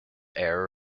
air